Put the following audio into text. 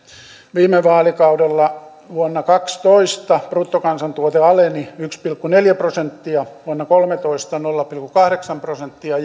viime vaalikaudella vuonna kaksitoista bruttokansantuote aleni yksi pilkku neljä prosenttia nolla pilkku kahdeksan prosenttia